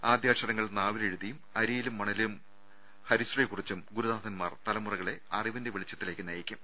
ആദ്യാക്ഷരങ്ങൾ നാവി ലെഴുതിയും അരിയിലും മണലിലും ഹരിശ്രീ കുറിച്ചും ഗുരുനാ ഥൻമാർ തലമുറകളെ അറിവിന്റെ വെളിച്ചത്തിലേക്ക് നയിക്കും